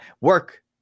Work